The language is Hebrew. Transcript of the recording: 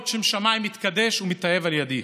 להיות שם שמיים מתקדש ומתאהב על ידי.